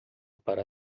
para